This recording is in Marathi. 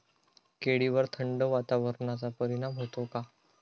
केळीवर थंड वातावरणाचा परिणाम होतो का?